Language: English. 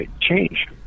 change